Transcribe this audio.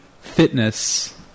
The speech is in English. fitness